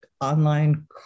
online